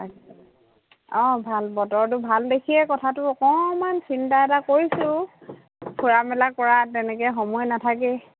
অঁ ভাল বতৰটো ভাল দেখিয়ে কথাটো অকণমান চিন্তা এটা কৰিছোঁ ফুৰা মেলা কৰা তেনেকৈ সময় নাথাকেই